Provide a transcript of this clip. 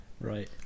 Right